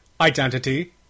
identity